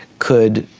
could